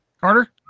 Carter